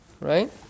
right